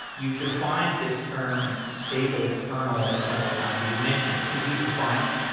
you've defined this term stable kernel a couple of times, or you've mentioned it. could you define it?